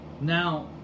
now